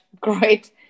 great